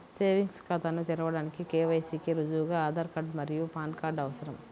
savings ఖాతాను తెరవడానికి KYC కి రుజువుగా ఆధార్ మరియు పాన్ కార్డ్ అవసరం